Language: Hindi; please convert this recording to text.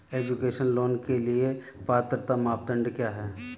एजुकेशन लोंन के लिए पात्रता मानदंड क्या है?